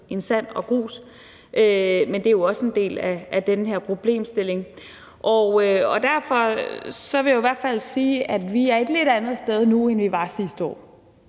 end sand og grus, men det er også en del af den her problemstilling. Og derfor vil jeg i hvert fald sige, at vi er et lidt andet sted nu, end vi var sidste år.